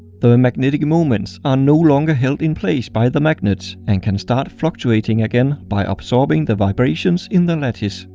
the magnetic moments are no longer held in place by the magnet and can start fluctuating again by absorbing the vibrations in the lattice.